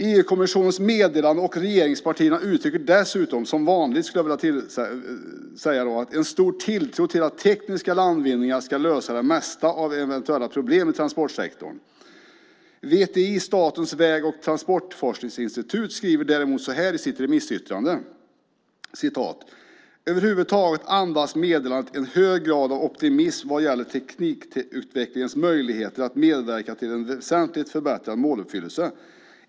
EU-kommissionens meddelande och regeringspartierna uttrycker dessutom - som vanligt, skulle jag vilja säga - en stor tilltro till att tekniska landvinningar ska lösa det mesta av eventuella problem i transportsektorn. VTI, Statens väg och transportforskningsinstitut, skriver däremot så här i sitt remissyttrande: "Överhuvudtaget andas meddelandet en hög grad av optimism vad gäller teknikutvecklingens möjligheter att medverka till en väsentligt förbättrad måluppfyllelse.